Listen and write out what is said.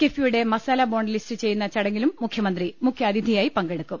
കിഫ്ബിയുടെ masala bond list ചെയ്യുന്ന ചടങ്ങിലും മുഖ്യമന്ത്രി മുഖ്യാതിഥിയായി പങ്കെടുക്കും